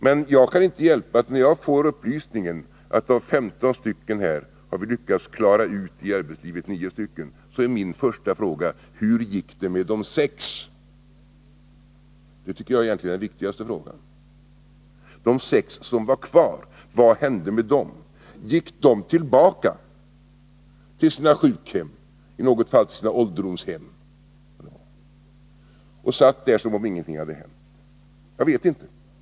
Men jag kan inte hjälpa, att när jag får upplysningen att av 15 har man lyckats få ut nio i arbetslivet, så är min första fråga: Hur gick det med de sex? Jag tycker egentligen det är den viktigaste frågan. De sex som var kvar — vad hände med dem? Gick de tillbaka till sina sjukhem eller i något fall ålderdomshem och satt där som om ingenting hade hänt? Jag vet inte.